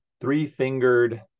three-fingered